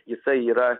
jisai yra